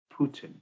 Putin